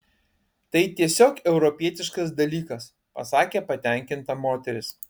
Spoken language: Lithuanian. tai tiesiog europietiškas dalykas pasakė patenkinta moteris